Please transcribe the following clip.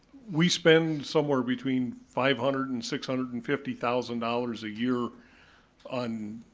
we spend somewhere between five hundred and six hundred and fifty thousand dollars a year on